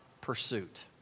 pursuit